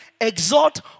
exhort